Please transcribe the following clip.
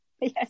yes